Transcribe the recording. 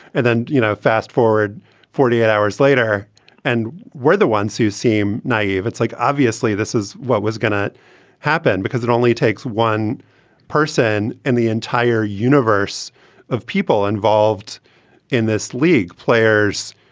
and then, you know, fast forward forty eight hours later and we're the ones who seem naive. it's like, obviously this is what was going to happen because it only takes one person in the entire universe of people involved in this league, players,